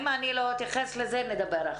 אם לא אתייחס לזה, נדבר אחר-כך.